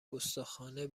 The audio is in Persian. گستاخانه